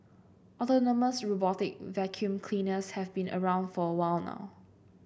autonomous robotic vacuum cleaners have been around for a while now